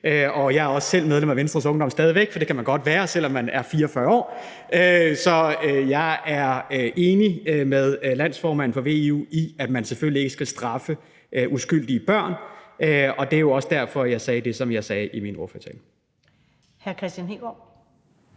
Jeg er også selv medlem af Venstres Ungdom stadig væk, for det kan man godt være, selv om man er 44 år. Så jeg er enig med landsformanden for VU i, at man selvfølgelig ikke skal straffe uskyldige børn, og det er jo også derfor, jeg sagde det, som jeg sagde i min ordførertale.